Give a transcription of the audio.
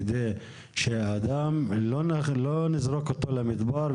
כדי שלא נזרוק את האדם למדבר,